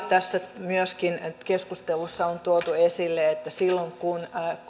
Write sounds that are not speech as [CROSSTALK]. [UNINTELLIGIBLE] tässä keskustelussa on myöskin tuotu esille että silloin kun